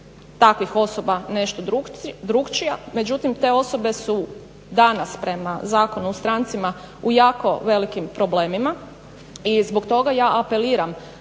takvih osoba nešto drukčija međutim te osobe su danas prema zakonu o strancima u jako velikim problemima i zbog toga ja apeliram